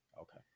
Okay